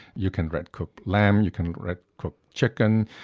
you can red cook lamb, you can red cook chicken,